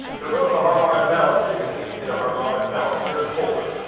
remove the harmonic balancer, you're going to need to get a harmonic balancer puller